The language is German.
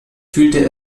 fühlte